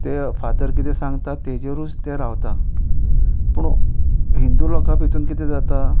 ते फादर कितें सांगता तेजेरूच तें रावता पूण हिंदू लोकां भितून कितें जाता